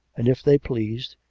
and, if they pleased,